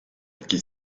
qui